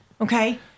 okay